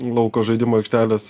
lauko žaidimų aikštelės